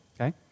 Okay